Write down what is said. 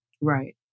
Right